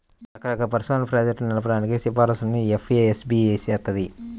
రకరకాల పరిశోధనా ప్రాజెక్టులను నడపడానికి సిఫార్సులను ఎఫ్ఏఎస్బి చేత్తది